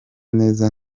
neza